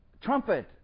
trumpet